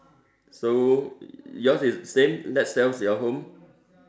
so yours is same let's sell your home